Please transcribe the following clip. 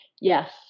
Yes